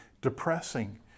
depressing